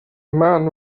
man